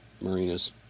marinas